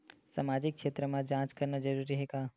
सामाजिक क्षेत्र म जांच करना जरूरी हे का?